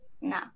No